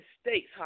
States